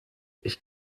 ich